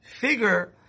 figure